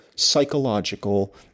psychological